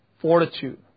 fortitude